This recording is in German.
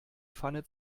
pfanne